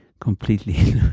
completely